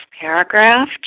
paragraph